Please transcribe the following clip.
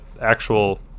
actual